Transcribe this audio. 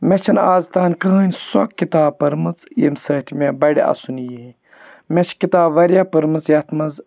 مےٚ چھ نہٕ آز تانۍ کٕہٕنۍ سۄ کِتاب پٔرمٕژ ییٚمہِ سۭتۍ مےٚ بَڑِ آسُن یِی ہے مےٚ چھِ کِتاب واریاہ پٔرمٕژ یَتھ منٛز